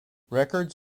records